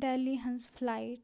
daily ہٕنٛز flight